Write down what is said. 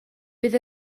bydd